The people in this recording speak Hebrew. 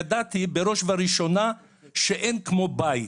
ידעתי שאין כמו בית.